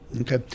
Okay